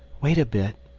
wait a bit,